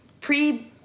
pre